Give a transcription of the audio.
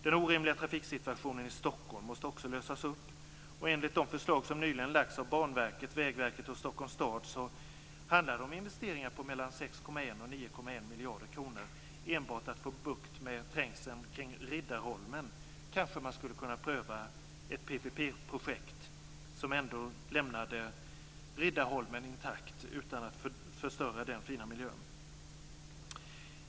Den orimliga trafiksituationen i Stockholm måste också lösas. Enligt de förslag som nyligen lagts fram av Banverket, Vägverket och Stockholms stad handlar det om investeringar på 6,1-9,1 miljarder kronor enbart för att få bukt med trängseln kring Riddarholmen. Kanske man skulle kunna pröva ett PPP-projekt som ändå lämnade Riddarholmen intakt och inte förstörde den fina miljön.